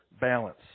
balance